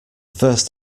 first